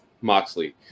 Moxley